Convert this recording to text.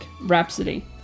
Rhapsody